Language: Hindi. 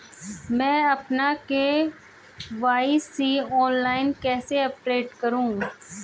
मैं अपना के.वाई.सी ऑनलाइन कैसे अपडेट करूँ?